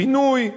פינוי,